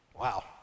Wow